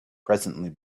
presently